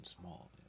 small